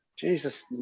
Jesus